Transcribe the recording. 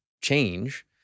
change